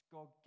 God